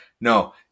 No